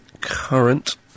current